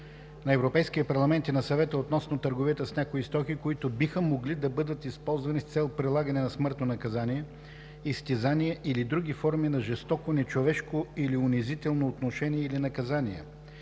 на Европейския парламент и на Съвета относно търговията с някои стоки, които биха могли да бъдат използвани с цел прилагане на смъртно наказание, изтезания или други форми на жестоко, нечовешко или унизително отношение или наказание.